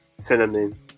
Cinnamon